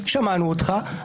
שמענו אותך,